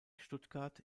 stuttgart